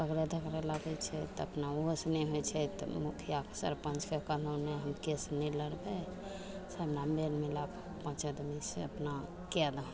पकड़ै धकड़ै ले जाइ छै तऽ अपना ओहोसे नहि होइ छै तऽ मुखिआ सरपञ्चके कहलहुँ नहि हम केस नहि लड़बै से हमरा मेल मिलाप पाँच आदमीसे अपना कै दहो